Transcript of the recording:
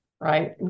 right